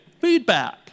feedback